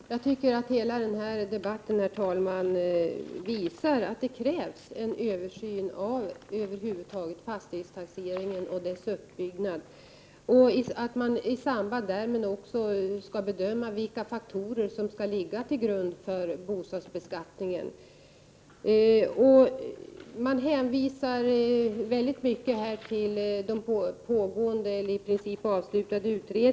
Herr talman! Jag tycker att hela den här debatten visar att det behövs en översyn av fastighetstaxeringen över huvud taget och även av dess uppbyggnad. Dessutom bör man i samband därmed bedöma vilka faktorer som skall ligga till grund för bostadsbeskattningen. Man hänvisar här väldigt ofta till den aktuella utredning som i princip har avslutat sitt arbete.